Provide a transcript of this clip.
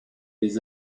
les